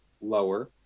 lower